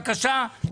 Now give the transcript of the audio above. בבקשה,